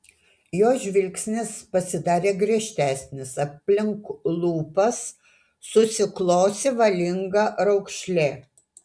jo žvilgsnis pasidarė griežtesnis aplink lūpas susiklosi valinga raukšlė